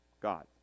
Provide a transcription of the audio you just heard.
God